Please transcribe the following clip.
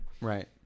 right